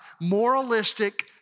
moralistic